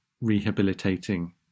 rehabilitating